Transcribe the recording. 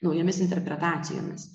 naujomis interpretacijomis